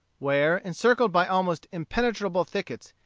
where, encircled by almost impenetrable thickets,